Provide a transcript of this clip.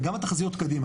וגם התחזיות קדימה.